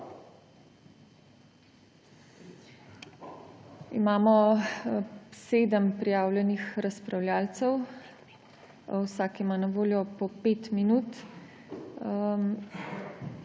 Imamo 7 prijavljenih razpravljavcev, vsak ima na voljo po 5 minut,